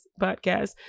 podcast